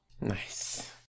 Nice